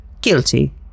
Guilty